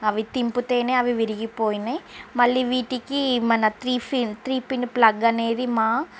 అవి తిప్పుతే అవి విరిగిపోయినాయి మళ్ళీ వీటికి మన three pin three pin plug అనేది మా